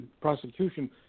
prosecution